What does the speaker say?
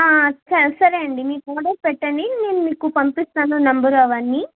సరే అండి మీరు ఆర్డర్ పెట్టండి నేను మీకు పంపిస్తాను నెంబర్ అవన్నీ